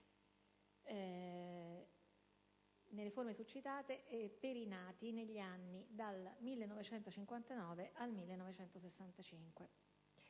nelle forme succitate, nati negli anni dal 1959 al 1965.